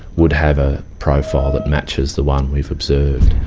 would have a profile that matches the one we've observed.